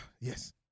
Yes